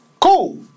Cool